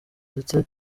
ndetse